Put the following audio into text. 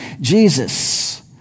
Jesus